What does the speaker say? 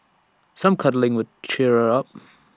some cuddling could cheer her up